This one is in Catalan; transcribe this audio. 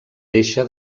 deixa